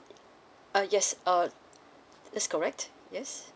uh yes uh that's correct yes